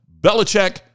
Belichick